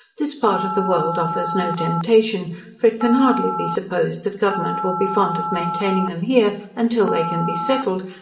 this part of the world offers no temptation for it can hardly be supposed, that government will be fond of maintaining them here until they can be settled,